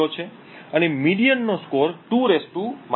50 છે અને median નો સ્કોર 2 છે